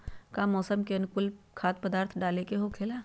का मौसम के अनुकूल खाद्य पदार्थ डाले के होखेला?